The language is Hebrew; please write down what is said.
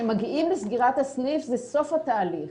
כשמגיעים לסגירת הסניף זה סוף התהליך.